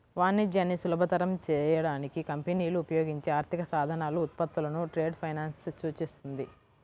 వాణిజ్యాన్ని సులభతరం చేయడానికి కంపెనీలు ఉపయోగించే ఆర్థిక సాధనాలు, ఉత్పత్తులను ట్రేడ్ ఫైనాన్స్ సూచిస్తుంది